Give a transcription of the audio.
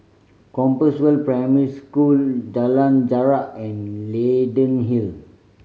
Compassvale Primary School Jalan Jarak and Leyden Hill